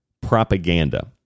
propaganda